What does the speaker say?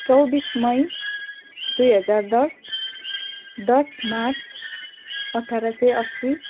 चौबिस मई दुई हजार दस दस मार्च अठार सय अस्सी